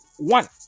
One